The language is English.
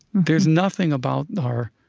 there's nothing about our